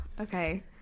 Okay